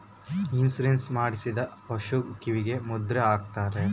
insurance ಮಾಡಿಸಿದ ಪಶುಗಳ ಕಿವಿಗೆ ಮುದ್ರೆ ಹಾಕ್ತಾರೆ